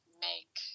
make